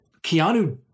Keanu